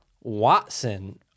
Watson